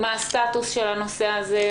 מה הסטטוס של הנושא הזה?